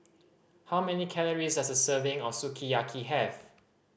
how many calories does a serving of Sukiyaki have